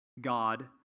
God